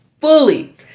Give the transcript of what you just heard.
Fully